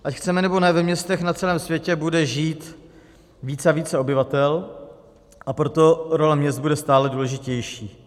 Ať chceme, nebo ne, ve městech na celém světě bude žít více a více obyvatel, a proto role měst bude stále důležitější.